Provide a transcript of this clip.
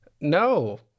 no